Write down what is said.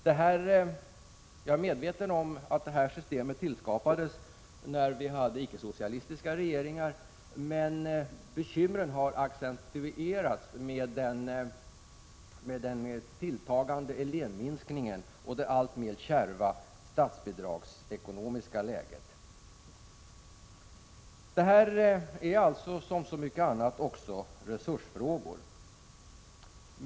Jag är medveten om att systemet tillskapades när vi hade icke-socialistiska regeringar, men bekymren har accentuerats med den tilltagande elevminskningen och det alltmer kärva statsbidragsekonomiska läget. Här som i så många andra sammanhang handlar det om resursfrågor.